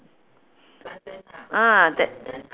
ah that